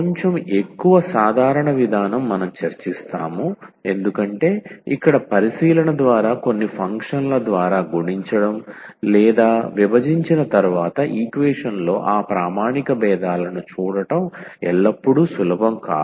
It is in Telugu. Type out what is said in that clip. కొంచెం ఎక్కువ సాధారణ విధానం మనం చర్చిస్తాము ఎందుకంటే ఇక్కడ పరిశీలన ద్వారా కొన్ని ఫంక్షన్ల ద్వారా గుణించడం లేదా విభజించిన తరువాత ఈక్వేషన్ లో ఆ ప్రామాణిక భేదాలను చూడటం ఎల్లప్పుడూ సులభం కాదు